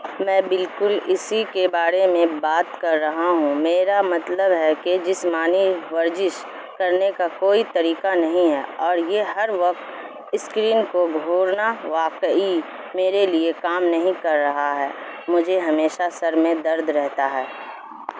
میں بالکل اسی کے بارے میں میں بات کر رہا ہوں میرا مطلب ہے کہ جسمانی ورزش کرنے کا کوئی طریقہ نہیں ہے اور یہ ہر وقت اسکرین کو گھورنا واقعی میرے لیے کام نہیں کر رہا ہے مجھے ہمیشہ سر میں درد رہتا ہے